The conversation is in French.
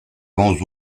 vents